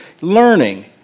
learning